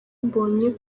mbonyi